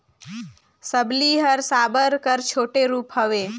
सबली हर साबर कर छोटे रूप हवे